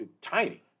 tiny